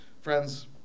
Friends